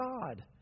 God